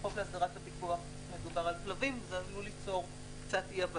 בחוק הסרת הפיקוח מדובר על כלבים וזה עלול ליצור אי-הבנה.